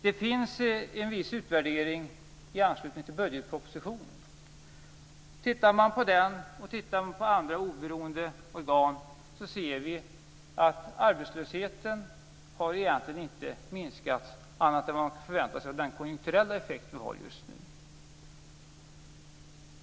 Det finns en viss utvärdering i anslutning till budgetpropositionen. Tittar vi på den och på andra oberoende organs utvärderingar ser vi att arbetslösheten egentligen inte har minskat utöver vad man kan förvänta sig av den konjunkturella effekten just nu.